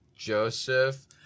Joseph